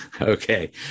okay